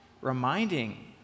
reminding